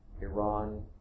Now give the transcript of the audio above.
Iran